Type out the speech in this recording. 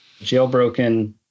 jailbroken